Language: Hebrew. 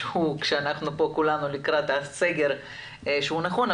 זה שכולנו לפני סגר, הוא הכי נכון.